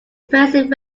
impressive